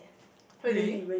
really